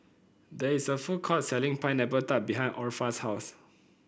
there is a food court selling Pineapple Tart behind Orpha's house